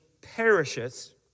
perishes